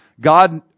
God